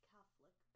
Catholic